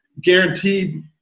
guaranteed